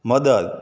મદદ